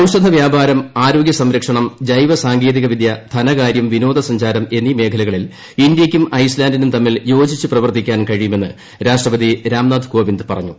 ഔഷധ വ്യാപാരം ആരോഗ്യ സംഭക്ഷണം ജൈവ സാങ്കോതികവിദ്യ ധനകാര്യം വിനോദസഞ്ചാരം എന്നീ മേഖലകളിൽ ഇന്ത്യയ്ക്കും ഐസ്ലാന്റിനും തമ്മിൽ യോജിച്ച് പ്രവർത്തിക്കാൻ കഴിയുമെന്ന് രാഷ്ട്രപതി രാംനാഥ് കോവിന്ദ് പറഞ്ഞു